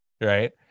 right